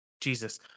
Jesus